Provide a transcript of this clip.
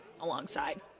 alongside